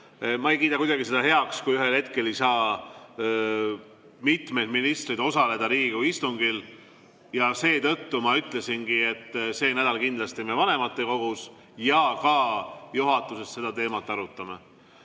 Ma ei kiida kuidagi seda heaks, kui ühel hetkel ei saa mitmed ministrid osaleda Riigikogu istungil. Seetõttu ma ütlesingi, et sel nädalal kindlasti me vanematekogus ja ka juhatuses seda teemat arutame.